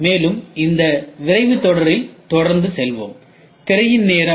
மேலும் இந்த விரிவுரைத் தொடரில் தொடர்ந்து செல்வோம்